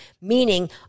Meaning